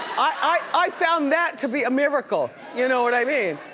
i i found that to be a miracle, you know what i mean?